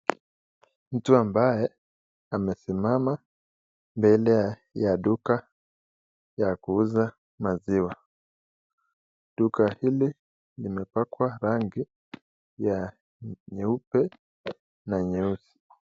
Mtu ambaye amesimama mbele ya duka ya kuuza maziwa. Duka hili limepakwa rangi ya nyeupe na yeusi.